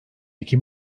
iki